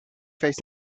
face